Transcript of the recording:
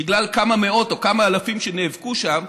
בגלל כמה מאות או כמה אלפים שנאבקו שם,